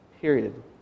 period